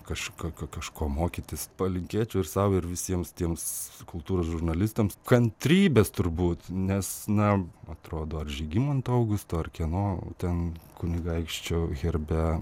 kažkokio kažko mokytis palinkėčiau ir sau ir visiems tiems kultūros žurnalistams kantrybės turbūt nes na atrodo ar žygimanto augusto ar kieno ten kunigaikščio herbe